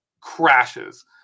crashes